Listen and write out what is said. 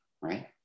right